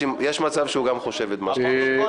יש מצב שהוא גם חושב את מה שאתה חושב.